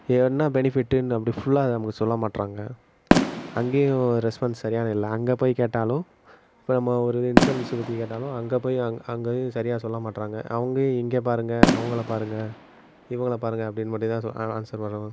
இது என்ன பெனிஃபிட்னு அப்படி ஃபுல்லாக இதை நமக்கு சொல்ல மாட்டேறாங்க அங்கேயே ஒரு ரெஸ்பான்ஸ் சரியான இல்லை அங்கே போய் கேட்டாலும் இப்போ நம்ம ஒரு இன்சூரன்ஸுப் பற்றி கேட்டாலும் அங்கேப் போய் அங்கே அங்கேயும் சரியாக சொல்ல மாட்டேறாங்க அவங்க இங்கே பாருங்க அவங்கள பாருங்க இவங்கள பாருங்க அப்டின்னு மட்டும்தான் சொல் ஆன்ஸர் வரும்